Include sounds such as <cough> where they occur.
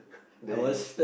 <breath> there you go